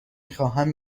خواهم